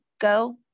go